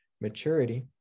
maturity